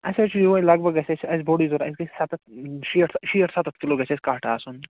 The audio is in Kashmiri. اسہِ حظ چھُ یُہوے لگ بھگ گژھہِ اسہِ اسہِ بوٚڈٕے ضروٗرت اسہِ گَژھہِ سَتَتھ شیٹھ سَتَتھ کلوٗ گَژھہِ اسہِ کٹھ آسُن